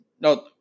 No